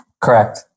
Correct